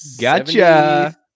gotcha